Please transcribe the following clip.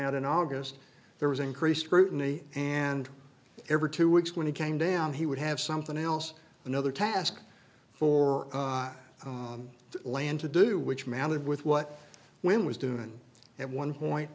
out in august there was increased scrutiny and every two weeks when he came down he would have something else another task for on land to do which mounted with what wind was doing at one